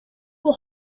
will